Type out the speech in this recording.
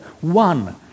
one